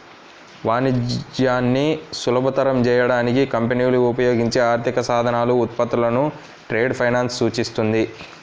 వాణిజ్యాన్ని సులభతరం చేయడానికి కంపెనీలు ఉపయోగించే ఆర్థిక సాధనాలు, ఉత్పత్తులను ట్రేడ్ ఫైనాన్స్ సూచిస్తుంది